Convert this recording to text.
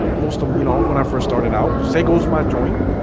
most of you know when i first started out say goes my joint